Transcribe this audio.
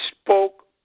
spoke